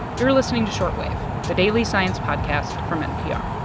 you're listening to short wave, the daily science podcast from npr